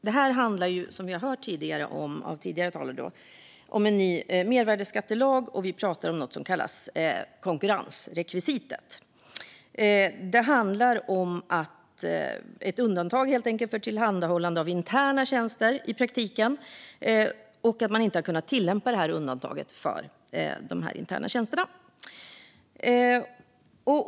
Som vi har hört från tidigare talare handlar detta om en ny mervärdesskattelag, och vi pratar om något som kallas konkurrensrekvisitet. Det handlar om ett undantag för tillhandahållande av interna tjänster och att man i praktiken inte har kunnat tillämpa detta undantag för dessa interna tjänster.